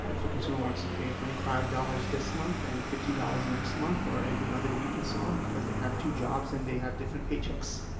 if a consumer wants to pay twenty five dollars this month and fifty dollars next month or every other week and so on, because they have two jobs and they have different paychecks,